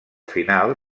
final